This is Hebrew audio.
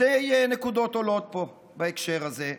שתי נקודות עולות פה בהקשר הזה,